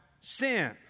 sin